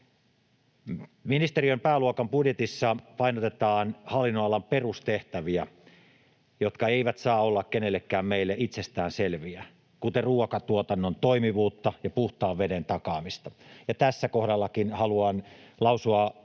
Ministeriön pääluokan budjetissa painotetaan hallinnonalan perustehtäviä, jotka eivät saa olla kenellekään meille itsestään selviä, kuten ruokatuotannon toimivuutta ja puhtaan veden takaamista, ja tässäkin kohdalla haluan lausua